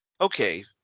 Okay